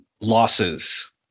losses